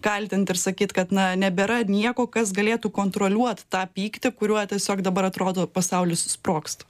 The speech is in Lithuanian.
kaltint ir sakyt kad na nebėra nieko kas galėtų kontroliuot tą pyktį kuriuo tiesiog dabar atrodo pasaulis susprogst